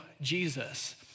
Jesus